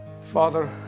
Father